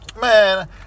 Man